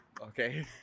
Okay